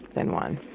then one